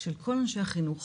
של כל אנשים החינוך